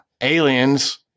aliens